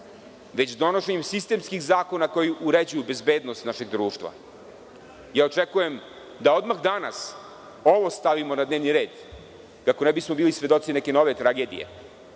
već donošenjem sistemskih zakona koji uređuju bezbednost našeg društva. Očekujem da odmah danas ovo stavimo na dnevni red, kako ne bismo bili svedoci neke nove tragedije.